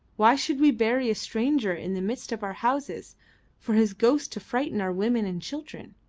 why should we bury a stranger in the midst of our houses for his ghost to frighten our women and children?